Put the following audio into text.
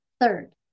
Third